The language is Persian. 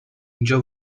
اینجا